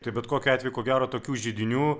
tai bet kokiu atveju ko gero tokių židinių